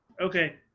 Okay